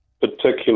particular